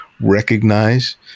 recognize